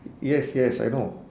yes yes I know